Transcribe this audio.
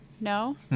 no